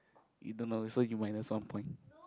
you don't know so you minus one point